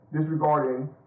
disregarding